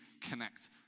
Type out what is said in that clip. connect